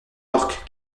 orques